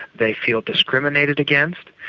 they feel discriminated against,